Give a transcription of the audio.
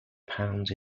pounds